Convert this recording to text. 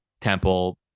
temple